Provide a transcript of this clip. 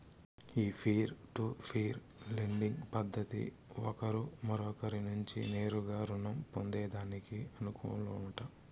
ఈ peer to peer lending పద్దతి ఒకరు మరొకరి నుంచి నేరుగా రుణం పొందేదానికి అనుకూలమట